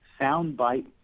soundbite